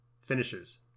finishes